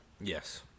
Yes